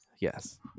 yes